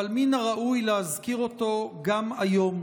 אבל מן הראוי להזכיר אותו גם היום,